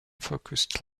focused